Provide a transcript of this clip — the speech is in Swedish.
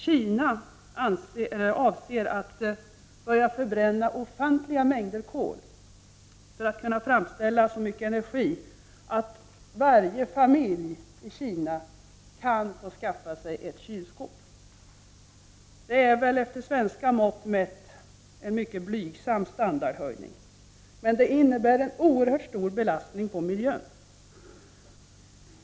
Kina avser att börja förbränna ofantliga mängder kol för att kunna framställa så mycket energi att varje familj i Kina kan skaffa sig ett kylskåp. Det är väl efter svenska mått en mycket blygsam standardhöjning, men det innebär en oerhört stor belastning på miljön.